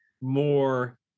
more